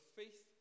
faith